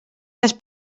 les